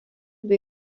bei